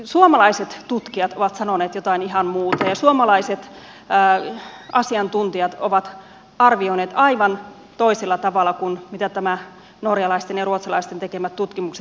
suomalaiset tutkijat ovat sanoneet jotain ihan muuta ja suomalaiset asiantuntijat ovat arvioineet aivan toisella tavalla kuin mitä nämä norjalaisten ja ruotsalaisten tekemät tutkimukset ovat